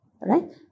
right